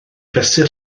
fesur